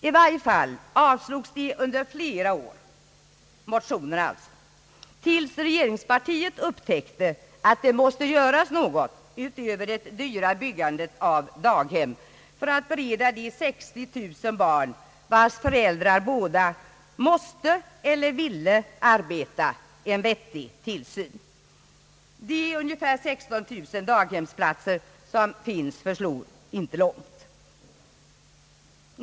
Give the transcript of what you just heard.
I varje fall avslogs motionerna under flera år, tills regeringspartiet upptäckte att det måste göras något, utöver det dyra byggandet av daghem, för att bereda de 60000 barn, vilkas föräldrar båda måste eller ville arbeta, en vettig tillsyn. De ungefär 16 000 daghemsplaster som finns förslår inte långt.